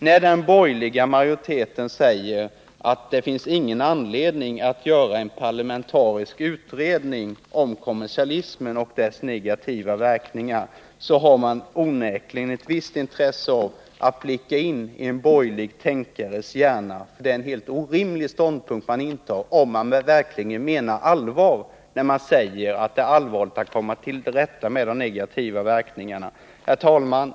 När den borgerliga majoriteten säger att det inte finns någon anledning att genomföra en parlamentarisk utredning om kommersialismens negativa verkningar grips man onekligen av ett visst intresse av att blicka in i en borgerlig tänkares hjärna. Det är en helt orimlig ståndpunkt man intar, om man samtidigt verkligen menar allvar med att säga att det gäller att komma till rätta med dessa negativa verkningar. Herr talman!